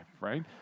right